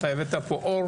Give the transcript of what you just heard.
הבאת לפה אור.